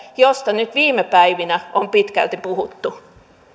josta nyt viime päivinä on pitkälti puhuttu